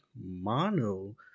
Mono